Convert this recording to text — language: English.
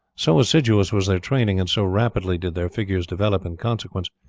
so assiduous was their training, and so rapidly did their figures develop in consequence,